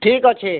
ଠିକ୍ ଅଛେ